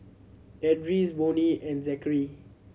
Edris Bonny and Zakary